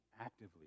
actively